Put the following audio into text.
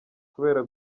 kubera